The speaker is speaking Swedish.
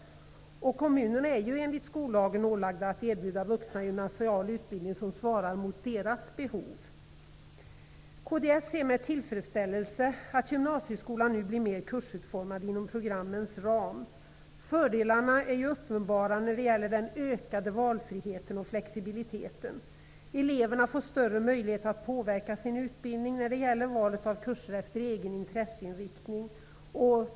Kommunerna är enligt skollagen ålagda att erbjuda vuxna gymnasial utbildning som svarar mot deras behov. Kds ser med tillfredsställelse att gymnasieskolan blir inom ramen för programmen mer kursutformad. Fördelarna är uppenbara när det gäller den ökade valfriheten och flexibiliteten. Eleverna får större möjlighet att påverka sin utbildning när det gäller valet av kurser efter egen intresseinriktning.